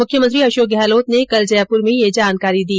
मुख्यमंत्री अशोक गहलोत ने कल जयपुर में ये जानकारी दी